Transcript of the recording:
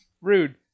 Rude